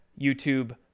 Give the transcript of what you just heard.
YouTube